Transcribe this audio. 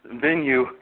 venue